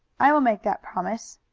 i will make that promise.